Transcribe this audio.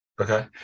Okay